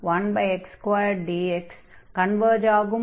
11x2dx converge ஆகும்